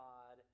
God